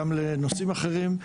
גם לנושאים אחרים,